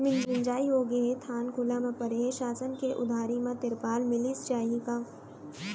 मिंजाई होगे हे, धान खुला म परे हे, शासन ले उधारी म तिरपाल मिलिस जाही का?